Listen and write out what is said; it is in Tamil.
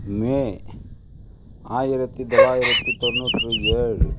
மே ஆயிரத்தி தொள்ளாயிரத்தி தொண்ணுாற்று ஏழு